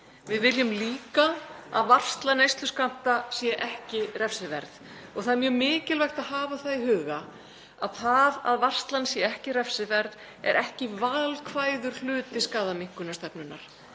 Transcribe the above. Við viljum líka að varsla neysluskammta sé ekki refsiverð og það er mjög mikilvægt að hafa það í huga að það að varslan sé ekki refsiverð sé ekki valkvæður hluti skaðaminnkunarstefnunnar.